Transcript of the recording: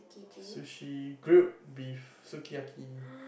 sushi grilled beef suki-yaki